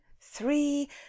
three—